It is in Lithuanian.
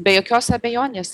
be jokios abejonės